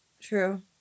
True